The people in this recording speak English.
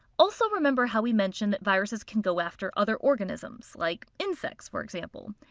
also, remember how we mentioned that viruses can go after other organisms like insects for example?